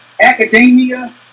academia